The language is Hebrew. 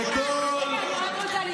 אין לך בושה,